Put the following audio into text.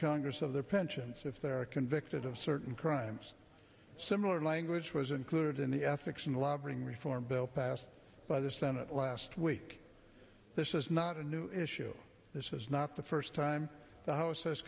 congress of their pensions if they are convicted of certain crimes similar language was included in the ethics and lobbying reform bill passed by the senate last week this is not a new issue this is not the first time the house has